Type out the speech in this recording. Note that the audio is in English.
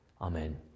Amen